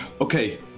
okay